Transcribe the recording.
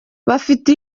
bafite